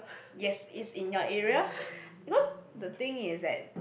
yes is in your area because the thing is that